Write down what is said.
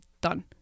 done